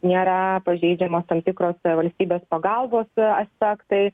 nėra pažeidžiamos tam tikros valstybės pagalbos aspektai